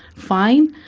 fine,